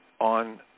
on